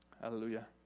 Hallelujah